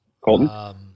Colton